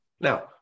Now